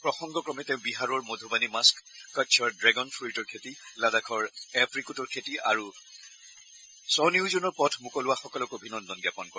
প্ৰসংগক্ৰমে তেওঁ বিহাৰৰ মধুবাণী মাস্থ কচ্ছৰ ড্ৰেগণ ফ্ৰইটৰ খেতি লাডাখৰ এপ্ৰিকোটৰ খেতি আদিৰ দ্বাৰা স্বনিয়োজনৰ পথ মোকলোৱাসকলক অভিনন্দন জ্ঞাপন কৰে